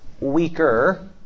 weaker